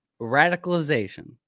Radicalization